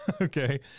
Okay